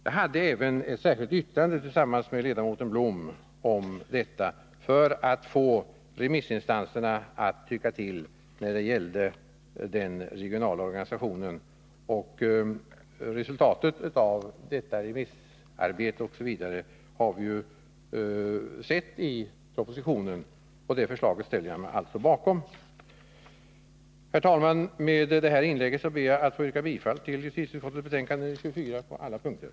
Jag gjorde tillsammans med ledamoten Blom ett särskilt yttrande om detta, för att få remissinstanserna att tycka till när det gällde den regionala organisationen. Resultatet av detta remissarbete har vi sett i propositionen, och det förslaget ställer jag mig alltså bakom. Herr talman! Med detta inlägg ber jag att få yrka bifall till justitieutskottets hemställan på alla punkter i betänkande 24.